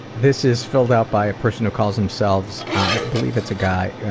this is filled out by a person who calls themselves, i believe it's a guy,